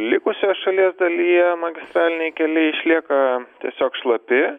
likusioje šalies dalyje magistraliniai keliai išlieka tiesiog šlapi